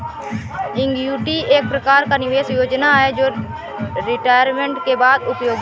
annuity एक प्रकार का निवेश योजना है जो रिटायरमेंट के बाद उपयोगी है